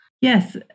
Yes